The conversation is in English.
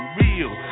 real